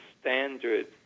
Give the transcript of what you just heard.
standard